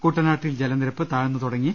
കുട്ടനാട്ടിൽ ജലനി രപ്പ് താഴ്ന്നു തുടങ്ങി